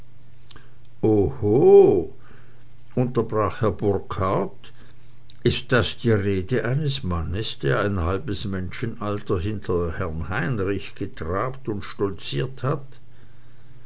unterbrach herr burkhard ist das die rede eines mannes der ein halbes menschenalter hinter herrn heinrich getrabt und stolziert hat